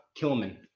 Kilman